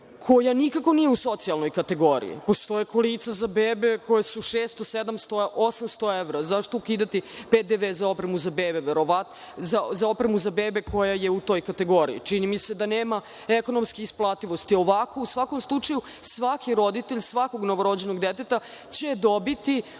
koja nikako nije u socijalnoj kategoriji. Postoje kolica za bebe koje su 600, 700, 800 evra. Zašto ukidati PDV za opremu za bebe koja je u toj kategoriji? Čini mi se da nema ekonomske isplativosti. Ovako, u svakom slučaju, svaki roditelj svakog novorođenog deteta će dobiti